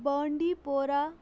بانڈی پوراہ